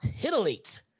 titillate